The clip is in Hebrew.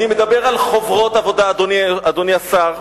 אני מדבר על חוברות עבודה, אדוני השר,